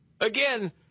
Again